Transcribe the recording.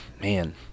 man –